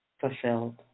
fulfilled